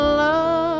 love